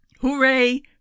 Hooray